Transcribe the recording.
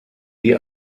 die